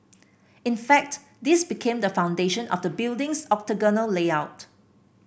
in fact this became the foundation of the building's octagonal layout